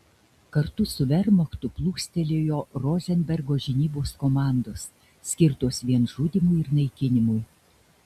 kartu su vermachtu plūstelėjo rozenbergo žinybos komandos skirtos vien žudymui ir naikinimui